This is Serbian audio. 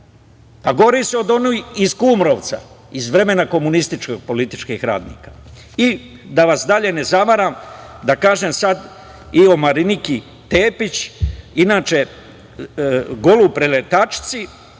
gori su od onih iz Kumrovca, iz vremena komunističkog, političkih radnika. Da vas dalje ne zamaram, da kažem sada i o Mariniki Tepić, inače, golub preletačici.